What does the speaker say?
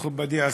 מכובדי השר,